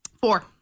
four